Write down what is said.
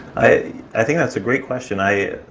i, i think that's a great question. i,